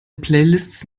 playlists